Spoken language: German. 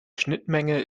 schnittmenge